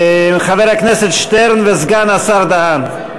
חבר הכנסת שטרן וסגן השר דהן,